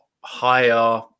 higher